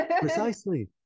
Precisely